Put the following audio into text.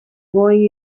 going